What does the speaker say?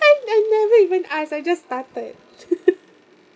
I I've never even asked I just started